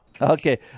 okay